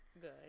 Good